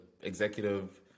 executive